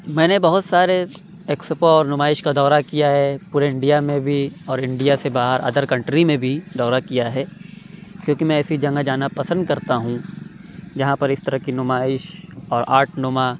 میں نے بہت سارے ایکسپو اور نمائش کا دورہ کیا ہے پورے انڈیا میں بھی اور انڈیا سے باہر ادر کنٹری میں بھی دورہ کیا ہے کیونکہ میں ایسی جگہ جانا پسند کرتا ہوں جہاں پر اِس طرح کی نمائش اور آرٹ نما